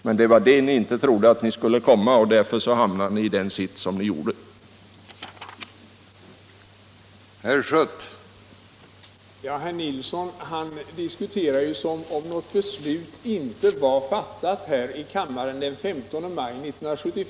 Det trodde ni inte att ni skulle lyckas med, och därför hamnade ni i den sits som ni nu befinner er i.